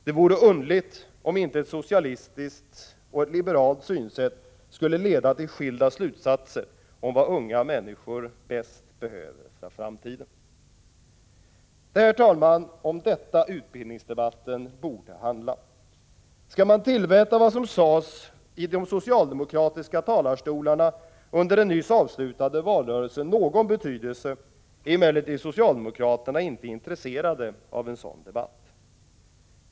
Det vore underligt om inte ett socialistiskt och ett liberalt synsätt skulle leda till skilda slutsatser om vad unga människor bäst behöver för framtiden. Det är, herr talman, om detta utbildningsdebatten borde handla. Skall man tillmäta vad som sades i de socialdemokratiska talarstolarna under den nyss avslutade valrörelsen någon betydelse är emellertid socialdemokraterna inte intresserade av en sådan debatt.